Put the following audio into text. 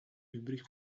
übrig